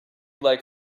like